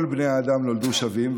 כל בני האדם נולדו שווים,